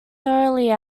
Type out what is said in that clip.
thoroughly